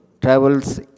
travels